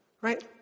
right